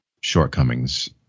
shortcomings